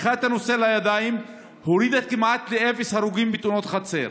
לקחה את הנושא לידיים והורידה כמעט לאפס הרוגים בתאונות חצר.